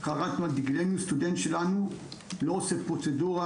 חרטנו על דגלנו שסטודנט שלנו לא עושה פרוצדורה